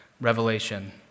revelation